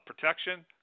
protection